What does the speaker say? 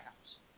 house